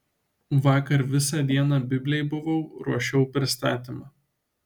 vakar visą dieną biblėj buvau ruošiau pristatymą